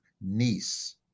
niece